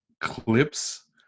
clips